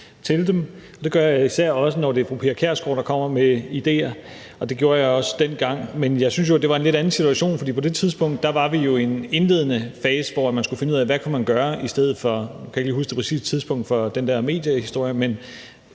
det gør jeg især også, når det er fru Pia Kjærsgaard, der kommer med idéer, og det gjorde jeg også dengang. Men jeg synes jo, det var en lidt anden situation. For på det tidspunkt var vi jo i en indledende fase, hvor man skulle finde ud af, hvad man kunne gøre – og nu kan jeg ikke